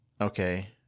Okay